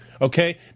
okay